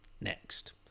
Next